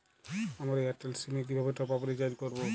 আমার Airtel SIM এ কিভাবে টপ আপ রিচার্জ করবো?